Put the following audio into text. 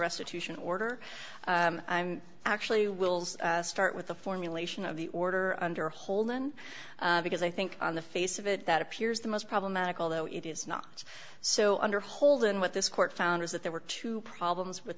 restitution order i'm actually wills start with the formulation of the order under holden because i think on the face of it that appears the most problematic although it is not so under hold in what this court founders that there were two problems with